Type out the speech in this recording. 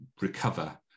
recover